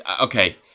okay